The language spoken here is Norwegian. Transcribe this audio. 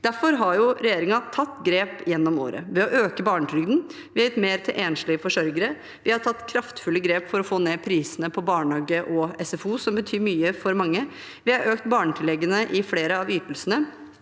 Derfor har regjeringen tatt grep gjennom året ved å øke barnetrygden, vi har gitt gi mer til enslige forsørgere, vi har tatt kraftfulle grep for å få ned prisene på barnehage og SFO, noe som betyr mye for mange, vi har økt bar